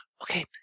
Okay